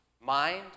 mind